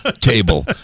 table